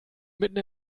mitten